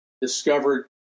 discovered